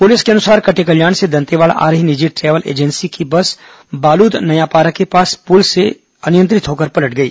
police के अनुसार कटेकल्याण से दंतेवाड़ा आ रही निजी ट्रेवल्स की बस बालूद नयापारा के पास पुल के नीचे अनियंत्रित होकर पलट गई